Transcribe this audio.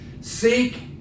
Seek